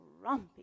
grumpy